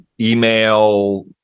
email